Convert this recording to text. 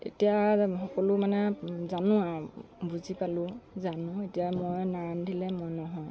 এতিয়া সকলো মানে জানো আৰু বুজি পালোঁ জানোঁ এতিয়া মই নাৰান্ধিলে মই নহয়